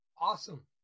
Awesome